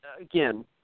Again